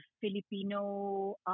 Filipino